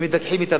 ומתווכחים אתם.